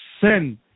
sin